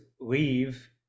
leave